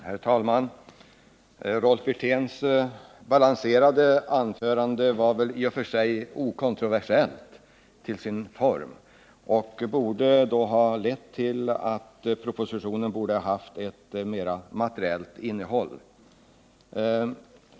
Herr talman! Rolf Wirténs balanserade anförande var väl i och för sig okontroversiellt till sin form, och de tankegångar han framförde borde ha lett till att propositionen haft ett materiellt sett annat innehåll.